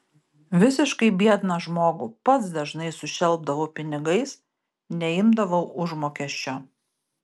visiškai biedną žmogų pats dažnai sušelpdavau pinigais neimdavau užmokesčio